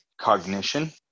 Cognition